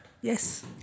Yes